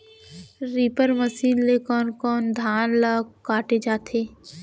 Reaper machine ले कोन कोन धान ल काटे जाथे?